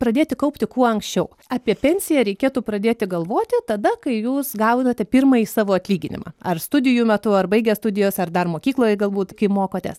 pradėti kaupti kuo anksčiau apie pensiją reikėtų pradėti galvoti tada kai jūs gaunate pirmąjį savo atlyginimą ar studijų metu ar baigę studijas ar dar mokykloj galbūt kai mokotės